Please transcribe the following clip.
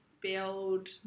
build